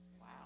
Wow